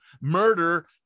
murder